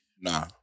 Nah